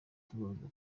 tubanza